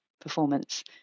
performance